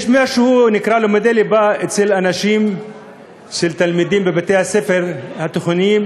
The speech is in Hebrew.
יש מה שנקרא לימודי ליבה אצל תלמידים בבתי-הספר התיכוניים,